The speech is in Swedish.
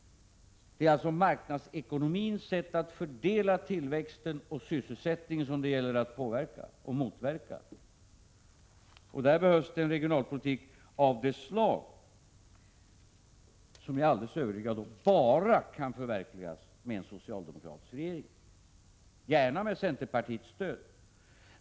Det är alltså marknadsekonomins sätt att fördela tillväxten och sysselsättningen som det gäller att påverka och motverka. Här behövs en regionalpolitik av det slag som jag är alldeles övertygad om bara kan förverkligas med en socialdemokratisk regering — gärna med centerpartiets stöd.